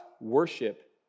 worship